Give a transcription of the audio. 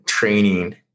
training